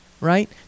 right